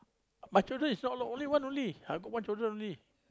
my children is not lot only one only I got one children only